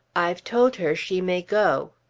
i've told her she may go,